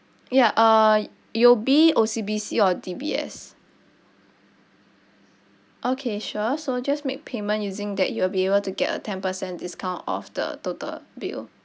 ya uh U_O_B O_C_B_C or D_B_S okay sure so just make payment using that you will be able to get a ten percent discount off the total bill